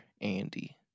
Andy